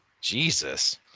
Jesus